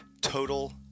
Total